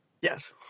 yes